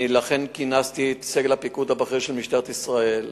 לכן כינסתי את סגל הפיקוד הבכיר של משטרת ישראל,